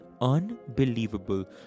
unbelievable